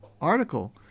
article